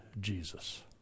Jesus